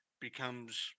becomes